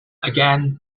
again